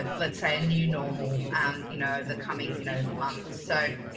ah let's say, a new normal, and you know, the coming, you know, months, so,